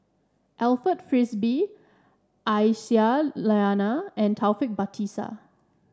Alfred Frisby Aisyah Lyana and Taufik Batisah